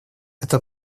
эта